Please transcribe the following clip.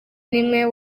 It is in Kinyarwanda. niwe